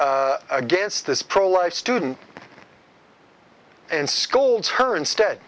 against this pro life student and scolds her instead